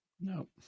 No